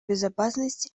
безопасности